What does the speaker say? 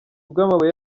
bw’amabuye